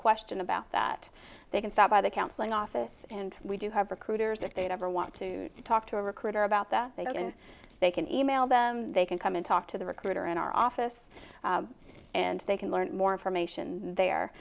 question about that they can stop by the counseling office and we do have recruiters if they ever want to talk to a recruiter about that they can they can e mail them they can come in talk to the recruiter in our office and they can learn more information there